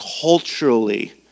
culturally